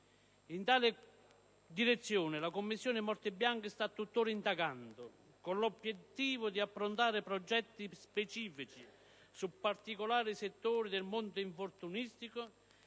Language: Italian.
In tale direzione la Commissione sulle morti bianche sta tuttora indagando con l'obiettivo di affrontare progetti specifici su particolari settori del mondo infortunistico